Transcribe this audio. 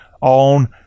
on